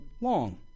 long